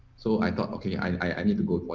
so i thought okay. i need to go for